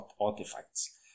artifacts